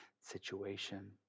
situation